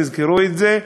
תזכרו את זה,